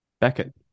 Beckett